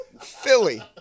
Philly